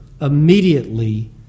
immediately